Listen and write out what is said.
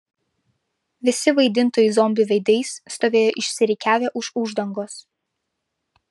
visi vaidintojai zombių veidais stovėjo išsirikiavę už uždangos